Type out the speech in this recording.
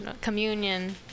communion